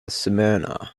smyrna